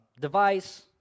device